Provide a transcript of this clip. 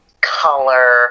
color